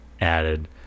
added